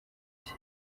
bye